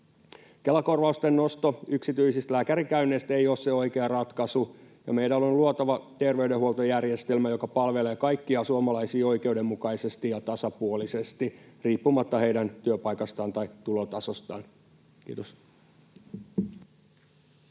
Kela-korvausten nosto yksityisistä lääkärikäynneistä ei ole se oikea ratkaisu. Meidän on luotava terveydenhuoltojärjestelmä, joka palvelee kaikkia suomalaisia oikeudenmukaisesti ja tasapuolisesti riippumatta heidän työpaikastaan tai tulotasostaan. — Kiitos.